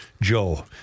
Joe